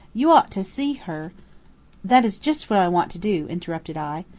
you ought to see her that is just what i want to do, interrupted i.